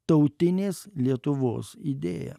tautinės lietuvos idėja